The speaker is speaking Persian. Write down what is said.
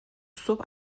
صبح